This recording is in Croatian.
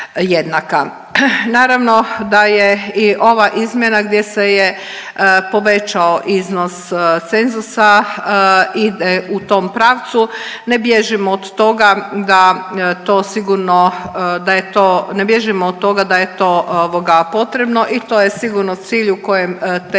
Naravno da je i ova izmjena gdje se je povećao iznos cenzusa ide u tom pravcu. Ne bježimo od toga da je to sigurno da je to, ne